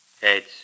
Heads